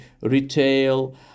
retail